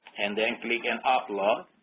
and then click and upload